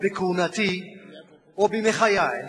עוד בכהונתי או בימי חיי,